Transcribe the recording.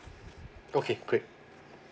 okay great